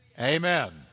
Amen